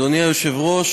אדוני היושב-ראש,